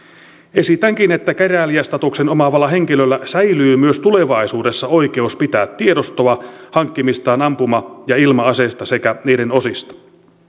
esitänkin että keräilijästatuksen omaavalla henkilöllä säilyy myös tulevaisuudessa oikeus pitää tiedostoa hankkimistaan ampuma ja ilma aseista sekä niiden osista